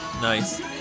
Nice